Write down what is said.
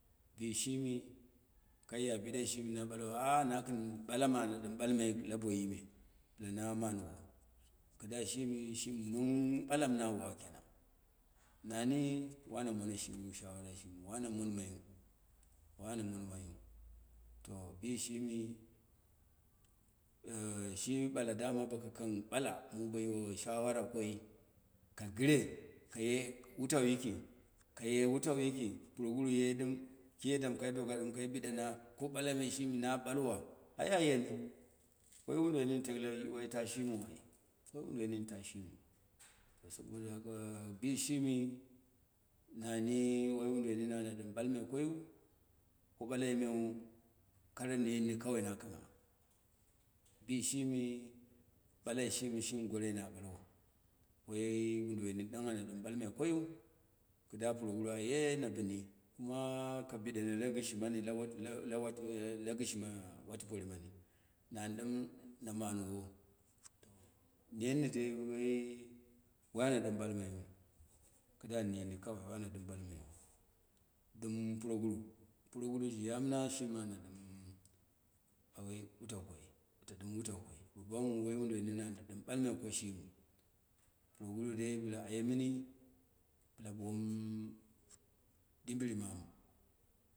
Bɨ shimi kaiya biɗa. Bɨ shimi kaiya biɗai shimi na ɓale a nagɨn ɓalama na ɗɨm ɓalmai la boyi me ɓɨla ma mame kɨda shimi, shimi nong ɓalam nawa kenom, nani, wana mone shimiu, shawarai shimi wana mon mayu, wana mon mayu, to bishimi shi ɓala dama bo ka kang bala, mu boyiwo shawara koi, ka 1ɨre kaye wuitau yiki, kaye wutau yiki, purogir ye ɗɨm ki yaddan kai doka kai biɗana, ko balame shimi na ɓaiwa aai ayemi, ko balame shimi na ɓaiwa ai ayemi wai wo duwoi nin tele wai ta shimiu, wi wo duwoi nin ta shimiu to saboda haka, bi shimi mani woi wodu woi nin ana ɗɨm ɓalmai koyi ko ɓalai meu, kara nenni kawoi na kangha bishi mi, ɓalai shimi shimi goai na balwa, woi woduwai nin ɗong ana ɗɨm ɓalmai koi yiu, kɨda puroguru aye na bɨmi, kuma ka biɗene la gishimani mani lawati la la lagɗshima wabi pori mari, nan ɗɨm na manwo, nenni doi woi- wana ɗɨm ɓalmayiu, kɨda nenin kawai wana ɗɨm ba mayiu, dɨm puroguru, puroguru shi amma shimi ana ɗɨma wai wutau koi, ato ɗɨm wutau koi, ba bamu wo woi, wodu woi nin ana ɗɨm ɓalmai ko shimin, puroguru dai bɨla aye mɨnu, bɨla ɓomu- dɨbɨri mama.